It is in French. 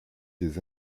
des